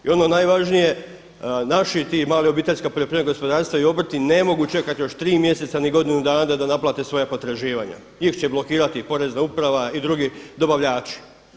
I ono najvažnije naši ti mali obiteljska gospodarstva i obrti ne mogu čekati još tri mjeseca i godinu dana da da naplate svoja potraživanja, njih će blokirati Porezna uprava i drugi dobavljači.